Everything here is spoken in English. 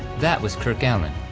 that was kirk alyn.